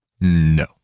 No